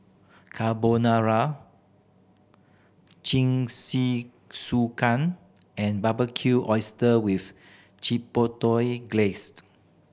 Carbonara Jingisukan and Barbecued Oyster with Chipotle Glaze